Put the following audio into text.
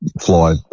fly